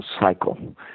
cycle